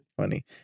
Funny